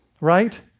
Right